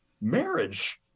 marriage